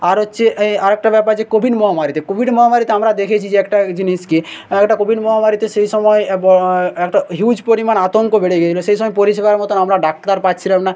আর হচ্ছে এ আর একটা ব্যাপার যে কোভিড মহামারীতে কোভিড মহামারী আমরা দেখেছি যে একটা জিনিসকে একটা কোভিড মহামারীতে সেই সময় ব একটা হিউজ পরিমাণ আতঙ্ক বেড়ে গিয়েছিল সেই সময় পরিষেবার মতন আমরা ডাক্তার পাচ্ছিলাম না